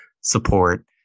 support